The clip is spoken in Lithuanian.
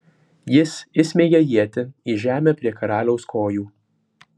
jis įsmeigia ietį į žemę prie karaliaus kojų